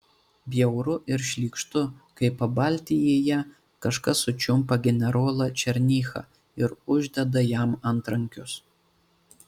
bjauru ir šlykštu kai pabaltijyje kažkas sučiumpa generolą černychą ir uždeda jam antrankius